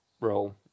role